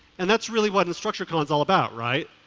and that's really what instructurecon is all about right?